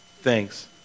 Thanks